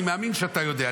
אני מאמין שאתה יודע,